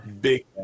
big